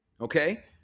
Okay